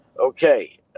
okay